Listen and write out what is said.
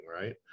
right